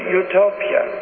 utopia